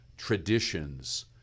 traditions